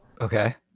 okay